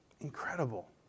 Incredible